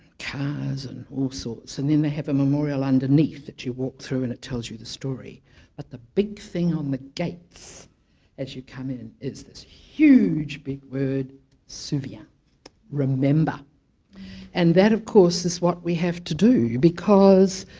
cars and all sorts and then they have a memorial underneath that you walk through and it tells you the story but the big thing on the gates as you come in is this huge big word souviens remember and that of course is what we have to do because